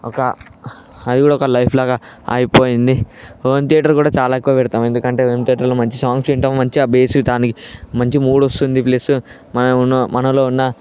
ఒక అది కూడా ఒక లైఫ్లాగా అయిపోయింది హోమ్ దియేటర్ కూడా చాలా ఎక్కువ పెడతం ఎందుకంటే హోమ్ దియేటర్లో మంచి సాంగ్స్ వింటాం మంచిగా బేస్ దానికి మంచి మూడొస్తుంది ప్లస్ మన ఉన్న మనలో ఉన్న